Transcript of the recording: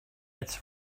its